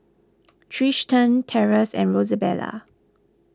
Trystan Terance and Rosabelle